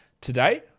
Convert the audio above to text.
today